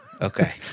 Okay